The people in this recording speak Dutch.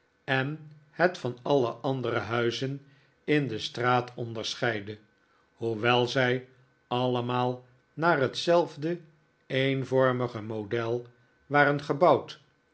en het van alle andere huizen in de straat onderscheidde hoewel zij allemaal naar hetzelfde eenvormige model waren gebouwd